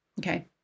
Okay